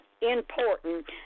important